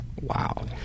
Wow